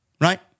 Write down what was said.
right